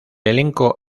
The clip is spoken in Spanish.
elenco